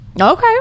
Okay